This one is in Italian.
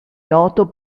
noto